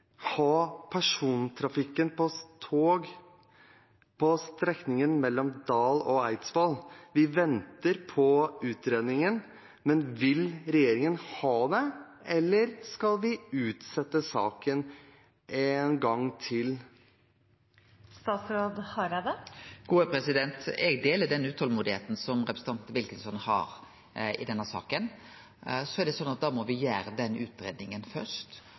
ha persontrafikken på tog på strekningen mellom Dal og Eidsvoll? Vi venter på utredningen, men vil regjeringen ha det, eller skal vi utsette saken en gang til? Eg deler det utolmodet representanten Wilkinson har i denne saka. Da må me gjere den utgreiinga først, og nettopp det